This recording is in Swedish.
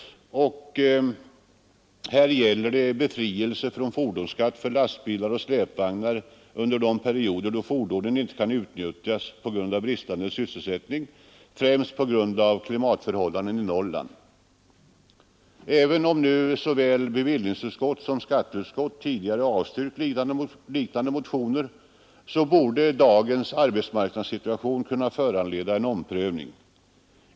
Motionen gäller befrielse från fordonsskatt för lastbilar och släpvagnar under perioder då fordonen inte kan utnyttjas på grund av bristande sysselsättning, främst beroende på klimatförhållanden i Norrland. Även om såväl bevillningsutskottet som skatteutskottet tidigare har avstyrkt liknande motioner borde dagens arbetsmarknadssituation kunna föranleda en omprövning.